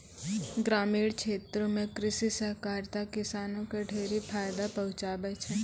ग्रामीण क्षेत्रो म कृषि सहकारिता किसानो क ढेरी फायदा पहुंचाबै छै